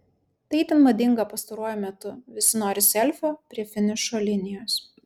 tai itin madinga pastaruoju metu visi nori selfio prie finišo linijos